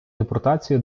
депортацію